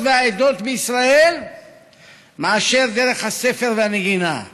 והעדות בישראל מאשר דרך הספר והנגינה.